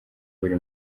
buri